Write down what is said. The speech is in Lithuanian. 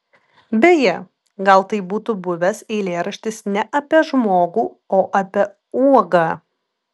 beje gal tai būtų buvęs eilėraštis ne apie žmogų o apie uogą